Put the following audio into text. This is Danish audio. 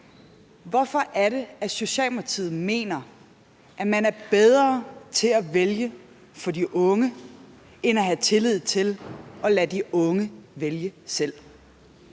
Hvorfor er det, Socialdemokratiet mener, at man er bedre til at vælge for de unge, frem for at man har tillid til at lade de unge vælge selv?